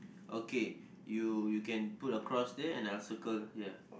okay you you can put a cross there and a circle here